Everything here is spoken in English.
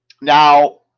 Now